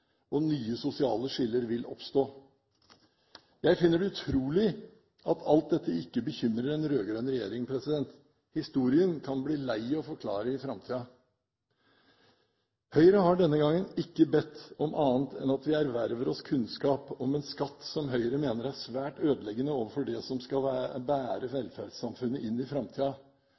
og nye sosiale skiller vil oppstå. Jeg finner det utrolig at alt dette ikke bekymrer en rød-grønn regjering. Historien kan bli lei å forklare i framtiden. Høyre har denne gangen ikke bedt om annet enn at vi erverver oss kunnskap om en skatt som Høyre mener er svært ødeleggende for det som skal bære velferdssamfunnet inn i